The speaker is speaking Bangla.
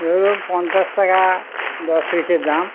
পঞ্চাশ টাকা দশ পিসের দাম